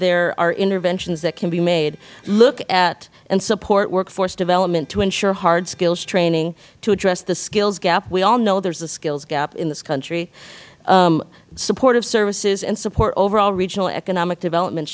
the are interventions that can be made look at and support workforce development to ensure hard skills training to address the skills gap we all know there is a skills gap in this country supportive services and support overall regional economic development